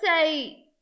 say